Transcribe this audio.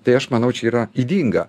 tai aš manau čia yra ydinga